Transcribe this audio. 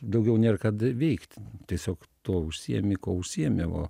daugiau nėr ką veikt tiesiog tuo užsiimi kuo užsiimi o